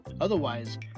Otherwise